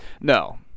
no